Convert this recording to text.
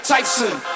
Tyson